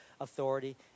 authority